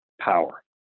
power